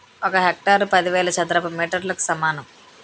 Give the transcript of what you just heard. ఒక హెక్టారు పదివేల చదరపు మీటర్లకు సమానం